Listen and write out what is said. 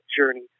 journey